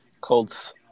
Colts